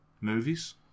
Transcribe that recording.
movies